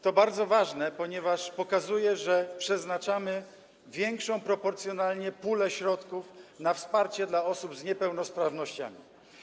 To jest bardzo ważne, ponieważ pokazuje, że przeznaczamy większą proporcjonalnie pulę środków na wsparcie dla osób z niepełnosprawnościami.